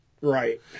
Right